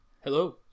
Hello